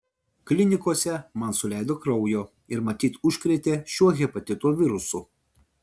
klinikose man suleido kraujo ir matyt užkrėtė šiuo hepatito virusu